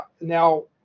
Now –